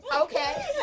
Okay